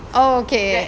oh okay